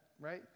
right